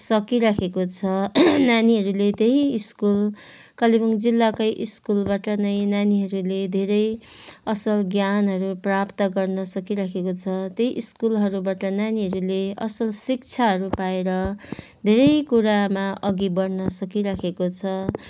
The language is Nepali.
सकिराखेको छ नानीहरूले त्यही स्कुल कालेबुङ जिल्लाकै स्कुलबाट नै नानीहरूले धेरै असल ज्ञानहरू प्राप्त गर्न सकिराखेको छ त्यही स्कुलहरूबाट नानीहरूले असल शिक्षाहरू पाएर धेरै कुरामा अघि बढ्न सकिराखेको छ